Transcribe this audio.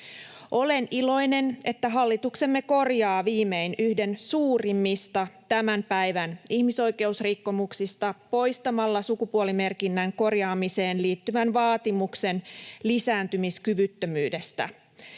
Olen iloinen, että hallituksemme korjaa viimein yhden suurimmista tämän päivän ihmisoikeusrikkomuksista poistamalla sukupuolimerkinnän korjaamiseen liittyvän vaatimuksen lisääntymiskyvyttömyydestä.